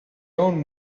own